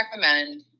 recommend